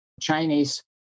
Chinese